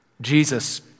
Jesus